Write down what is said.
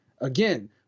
Again